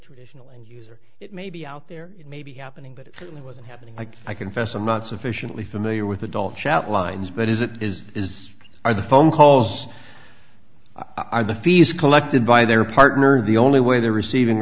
traditional end user it may be out there it may be happening but it certainly wasn't happening like i confess i'm not sufficiently familiar with adult chat lines but is it is this are the phone calls i the fees collected by their partner the only way they're receiving